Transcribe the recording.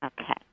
Okay